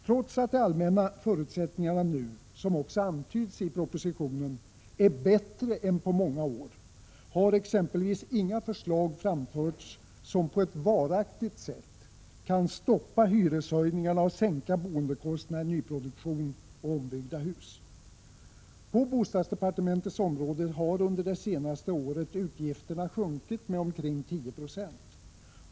Trots att de allmänna förutsättningarna nu — som också antyds i propositionen — är bättre än på många år har exempelvis inga förslag framförts som på ett varaktigt sätt kan stoppa hyreshöjningarna och sänka boendekostnaderna i nyproduktion och ombyggda hus. På bostadsdepartementets område har under det senaste året utgifterna sjunkit med omkring 10 26.